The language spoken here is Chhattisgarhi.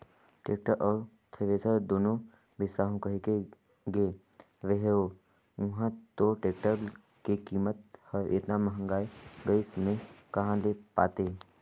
टेक्टर अउ थेरेसर दुनो बिसाहू कहिके गे रेहेंव उंहा तो टेक्टर के कीमत हर एतना भंगाए गइस में कहा ले पातें